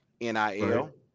nil